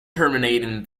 terminating